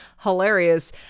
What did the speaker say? hilarious